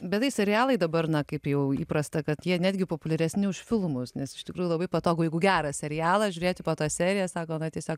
bet tai serialai dabar na kaip jau įprasta kad jie netgi populiaresni už filmus nes iš tikrųjų labai patogu jeigu gerą serialą žiūrėti po tą seriją sako na tiesiog